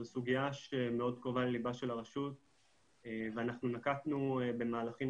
זו סוגיה שמאוד קרובה לליבה של הרשות ואנחנו נקטנו במהלכים